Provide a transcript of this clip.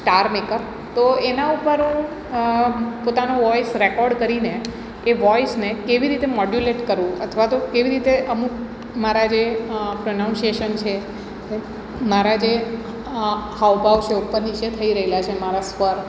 StarMaker તો એના ઉપર હું પોતાનો વોઇસ રેકોર્ડ કરીને એ વોઇસને કેવી રીતે મોડ્યુલેટ કરું અથવા તો કેવી રીતે અમુક મારા જે પ્રનાઉસીએસન છે મારા જે હાવભાવ છે ઉપર નીચે થઈ રહેલા છે મારા સ્વર